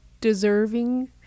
deserving